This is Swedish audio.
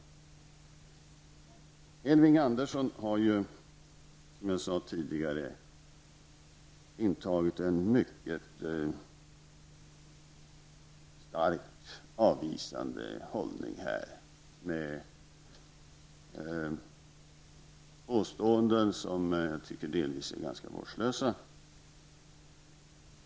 Elving Andersson har här, som jag tidigare sade, intagit en mycket starkt avvisande hållning med påståenden som enligt min mening delvis är ganska vårdslösa.